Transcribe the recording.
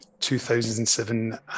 2007